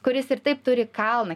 kuris ir taip turi kalną